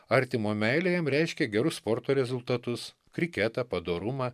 artimo meilė jam reiškė gerus sporto rezultatus kriketą padorumą